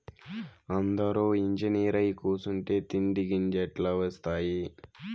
అందురూ ఇంజనీరై కూసుంటే తిండి గింజలెట్టా ఒస్తాయి